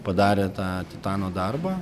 padarė tą titano darbą